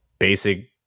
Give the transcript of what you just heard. basic